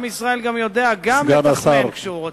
עם ישראל גם יודע לתכמן כשהוא רוצה,